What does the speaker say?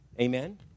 amen